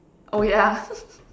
oh ya